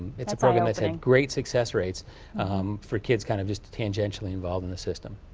it's a program that's had great success rates for kids kind of just tangentially involved in this system.